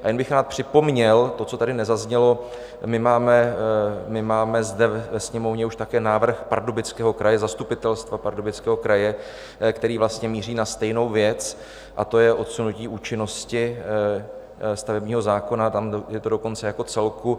A jen bych rád připomněl to, co tady nezaznělo: máme zde ve Sněmovně už také návrh Pardubického kraje, zastupitelstva Pardubického kraje, který míří na stejnou věc, a to je odsunutí účinnosti stavebního zákona, tam je to dokonce jako celku.